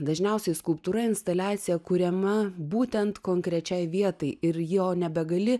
dažniausiai skulptūra instaliacija kuriama būtent konkrečiai vietai ir jo nebegali